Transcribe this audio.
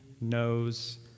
knows